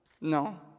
No